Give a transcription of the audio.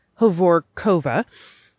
Hovorkova